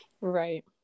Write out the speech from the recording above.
right